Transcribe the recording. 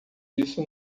isso